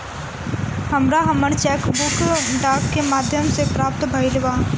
हमरा हमर cheque book डाक के माध्यम से प्राप्त भईल बा